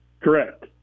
Correct